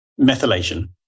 methylation